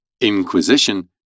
Inquisition